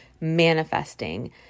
manifesting